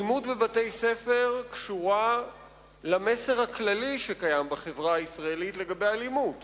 האלימות בבתי-הספר קשורה למסר הכללי שקיים בחברה הישראלית לגבי אלימות